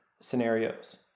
scenarios